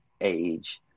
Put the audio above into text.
age